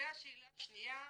זו השאלה השנייה,